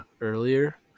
earlier